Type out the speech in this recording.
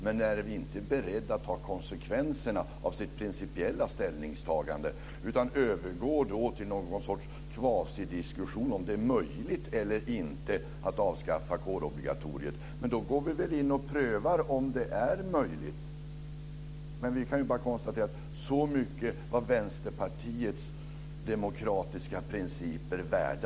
Men hon är inte beredd att ta konsekvenserna av sitt principiella ställningstagande utan övergår då till något slags kvasidiskussion om huruvida det är möjligt eller inte att avskaffa kårobligatoriet. Men då går vi väl in och prövar om det är möjligt! Vi kan bara konstatera att så mycket var Vänsterpartiets demokratiska principer värda.